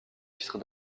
titre